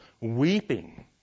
weeping